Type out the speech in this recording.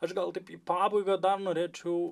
aš gal taip į pabaigą dar norėčiau